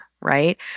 right